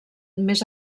més